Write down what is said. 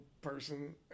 person